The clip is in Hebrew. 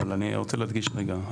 אני רוצה להדגיש רגע,